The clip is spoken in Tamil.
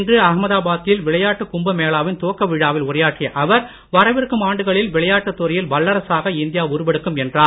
இன்று அகமதாபாத்தில் விளையாட்டுக் கும்ப மேளாவின் துவக்க விழாவில் உரையாற்றிய அவர் வரவிருக்கும் ஆண்டுகளில் விளையாட்டுத் துறையில் வல்லரசாக இந்தியா உருவெடுக்கும் என்றார்